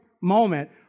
moment